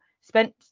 spent